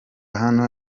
hano